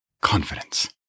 confidence